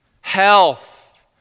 health